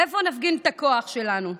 איפה נפגין את הכוח שלנו.